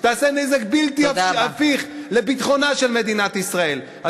שתעשה נזק בלתי הפיך לביטחונה של מדינת ישראל.